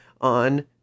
on